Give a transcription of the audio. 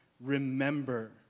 remember